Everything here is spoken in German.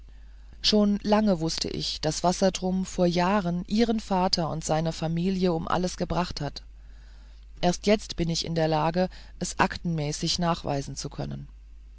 schon lange wußte ich daß wassertrum vor jahren ihren vater und seine familie um alles gebracht hat erst jetzt bin ich in der lage es aktenmäßig nachweisen zu können